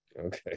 Okay